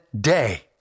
day